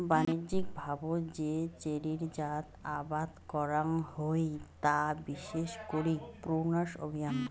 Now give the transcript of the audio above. বাণিজ্যিকভাবত যে চেরির জাত আবাদ করাং হই তা বিশেষ করি প্রুনাস অভিয়াম